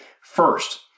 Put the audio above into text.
first